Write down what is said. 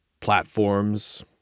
platforms